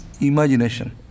imagination